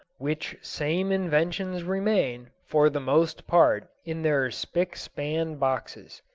which same inventions remain, for the most part, in their spick-span boxes.